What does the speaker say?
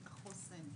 את החוסן,